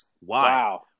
Wow